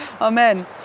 Amen